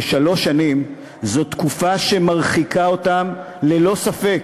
ושלוש שנים הן תקופה שמרחיקה אותם, ללא ספק,